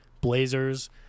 Blazers